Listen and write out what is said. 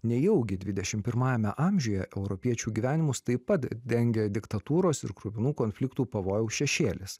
nejaugi dvidešim pirmajame amžiuje europiečių gyvenimus taip pat dengia diktatūros ir kruvinų konfliktų pavojaus šešėlis